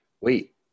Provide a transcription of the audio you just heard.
wait